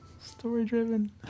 Story-driven